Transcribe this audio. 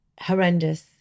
Horrendous